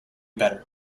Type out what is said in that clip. better